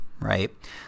right